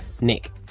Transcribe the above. Nick